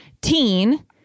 teen